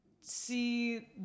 see